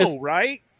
right